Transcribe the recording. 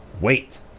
wait